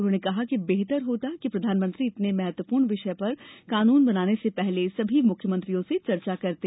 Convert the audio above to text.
उन्होंने कहा कि बेहतर होता कि प्रधानमंत्री इतने महत्वपूर्ण विषय पर कानून बनाने से पहले सभी मुख्यमंत्रियों से चर्चा करते